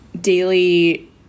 daily